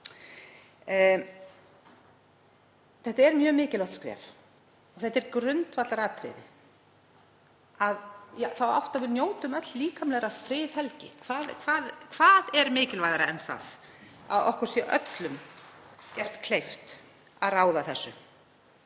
Þetta er mjög mikilvægt skref. Þetta er grundvallaratriði í þá átt að við njótum öll líkamlegrar friðhelgi. Hvað er mikilvægara en að okkur sé öllum gert kleift að ráða þessu?